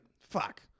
fuck